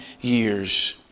years